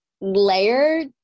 layer